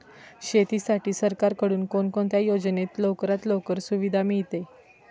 शेतीसाठी सरकारकडून कोणत्या योजनेत लवकरात लवकर सुविधा मिळते?